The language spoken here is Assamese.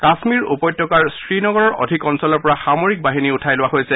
কাশ্মীৰ উপত্যকাৰ শ্ৰীনগৰৰ অধিক অঞ্চলৰ পৰা সামৰিক বাহিনী উঠাই লোৱা হৈছে